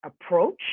approach